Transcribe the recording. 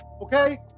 Okay